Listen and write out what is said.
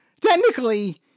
technically